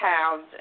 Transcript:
pounds